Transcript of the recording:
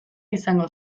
izango